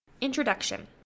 Introduction